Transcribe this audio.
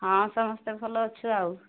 ହଁ ସମସ୍ତେ ଭଲ ଅଛୁ ଆଉ